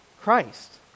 Christ